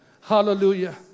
Hallelujah